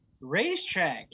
racetrack